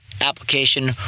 application